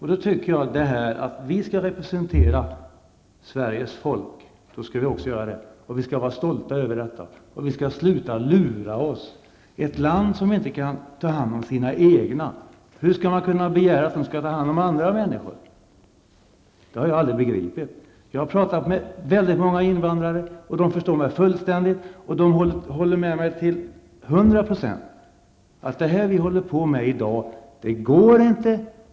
Jag tycker att om vi skall representera Sveriges folk, då skall vi också göra det. Vi skall vara stolta över detta, och vi skall sluta lura oss själva. Ett land som inte kan ta hand om sina egna -- hur skall man kunna begära att det skall ta hand om andra människor? Det har jag aldrig begripit. Jag har pratat med många invandrare. De förstår mig fullständigt och håller med mig till hundra procent. Det här som vi håller på med i dag, det går inte.